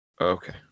Okay